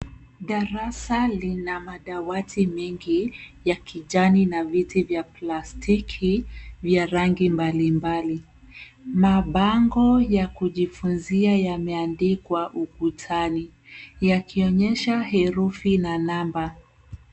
Darasa lina madawati mengi ya kijani na viti vya plastiki vya rangi mbalimbali. Mabango ya kujifunzia yameandikwa ukutani yakionyesha herufi na namba.